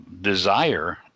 desire